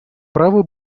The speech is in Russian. право